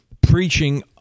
preaching